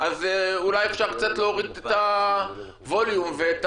אולי אפשר קצת להוריד את הווליום ואת